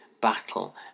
battle